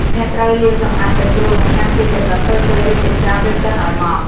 អ្នកត្រូវលាងសម្អាតសាច់ជ្រូក និងហាន់ជាចំណិតតូចៗ រួចចិញ្ច្រាំ ឬកិនឱ្យម៉ដ្ឋ។